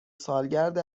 سالگرد